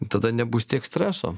tada nebus tiek streso